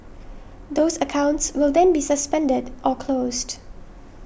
those accounts will then be suspended or closed